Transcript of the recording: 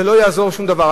לא יעזור שום דבר.